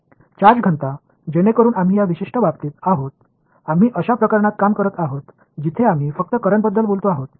charge घनता जेणेकरून आम्ही या विशिष्ट बाबतीत आहोत आम्ही अशा प्रकरणात काम करत आहोत जिथे आम्ही फक्त करंट बद्दल बोलतो आहोत